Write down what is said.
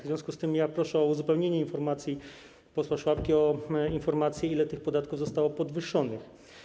W związku z tym proszę o uzupełnienie informacji dla posła Szłapki o informację, ile tych podatków zostało podwyższonych.